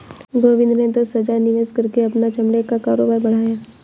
गोविंद ने दस हजार निवेश करके अपना चमड़े का कारोबार बढ़ाया